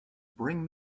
bring